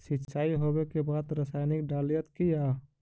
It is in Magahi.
सीचाई हो बे के बाद रसायनिक डालयत किया?